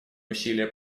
усилия